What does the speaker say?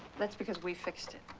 that's because we fixed it.